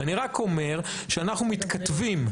אני רק אומר שאנחנו מתכתבים,